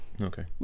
okay